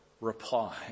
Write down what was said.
reply